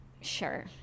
Sure